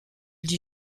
dit